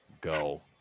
go